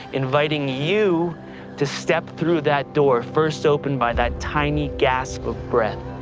inviting you to step through that door first opened by that tiny gasp of breath.